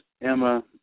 Emma